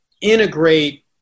integrate